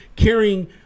carrying